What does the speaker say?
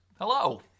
hello